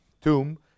tomb